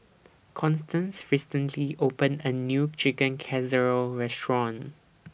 Constance recently opened A New Chicken Casserole Restaurant